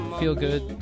feel-good